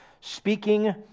speaking